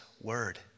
word